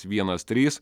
vienas trys